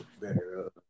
better